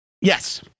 Yes